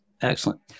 Excellent